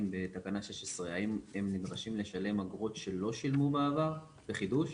בתקנה 16. האם הם נדרשים לשלם אגרות שלא שילמו בעבר לחידוש?